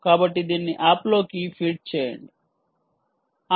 కాబట్టి దీన్ని ఆప్ లోకి ఫీడ్ చేయండి ఇంకోరకంగా ఏకీకృతం చేయడం అని కూడా చెప్పవచ్చు